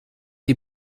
die